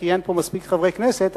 כי אין פה מספיק חברי כנסת,